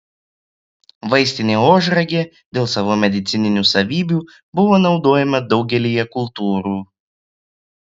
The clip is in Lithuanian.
vaistinė ožragė dėl savo medicininių savybių buvo naudojama daugelyje kultūrų